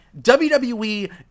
WWE